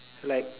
like